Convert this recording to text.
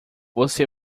você